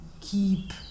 keep